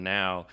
now